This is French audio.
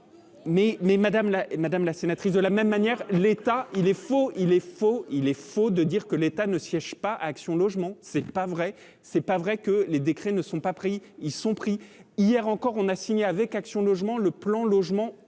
la Madame, la sénatrice de la même manière, l'État, il est faux, il est faux, il est faux de dire que l'État ne siège pas Action logement c'est pas vrai, c'est pas vrai que les décrets ne sont pas pris, ils sont pris, hier encore, on a signé avec Action Logement Le plan logement